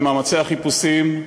במאמצי החיפושים,